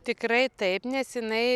tikrai taip nes jinai